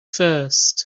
first